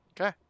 Okay